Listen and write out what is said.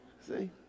See